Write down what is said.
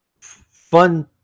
fun